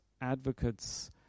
advocates